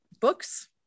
books